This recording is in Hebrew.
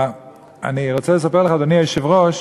אני רוצה לספר לך, אדוני היושב-ראש,